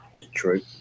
Detroit